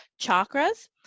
Chakras